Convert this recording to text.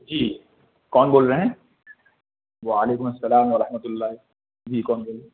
جی کون بول رہے ہیں وعلیکم السلام ورحمتہ اللہ جی کون بول رہے ہیں